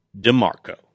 DeMarco